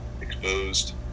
exposed